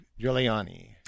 Giuliani